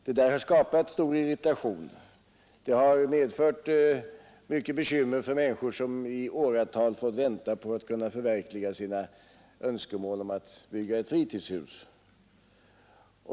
Detta har skapat stor irritation och bekymmer för människor, som fått vänta på att kunna förverkliga sina önskemål att bygga fritidshus.